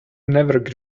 never